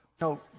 No